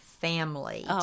family